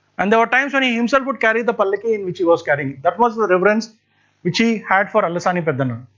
and there were times he himself would carry the palanquin which he was carrying. that was the reverence which he had for allasani peddana.